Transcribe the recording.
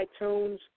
iTunes